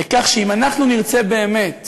על כך שאם אנחנו נרצה באמת